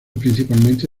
principalmente